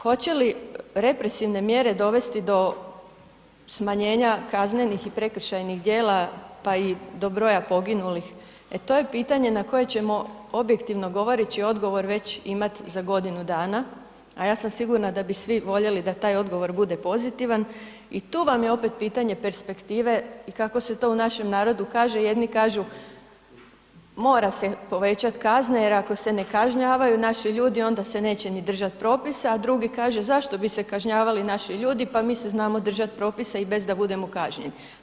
Hoće li represivne mjere dovesti do smanjenja kaznenih i prekršajnih djela, pa i do broja poginulih, e to je pitanje na koje ćemo objektivno govoreći, odgovor već imati za godinu dana, a ja sam sigurna da bi svi voljeli da taj odgovor bude pozitivan i tu vam je opet pitanje perspektive i kako se to u našem narodu kaže, jedni kažu mora se povećati kazne jer ako se ne kažnjavaju naši ljudi, onda se neće ni držati propisa, a drugi kaže zašto bi se kažnjavali naši ljudi, pa mi se znamo držati propisa i bez da budemo kažnjeni.